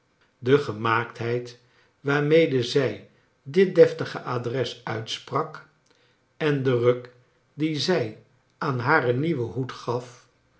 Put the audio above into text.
de gemaaktheid waarmede zij dit deftige adres uitsprak en de ruk dien zij aan haar nieuwen hoed gaf